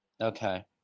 Okay